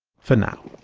for now.